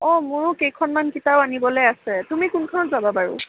অঁ মোৰো কেইখনমান কিতাপ আনিবলৈ আছে তুমি কোনখনত যাবা বাৰু